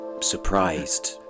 surprised